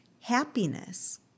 happiness